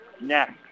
next